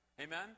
Amen